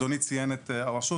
אדוני ציין את הרשות.